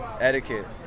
etiquette